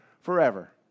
forever